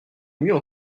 mieux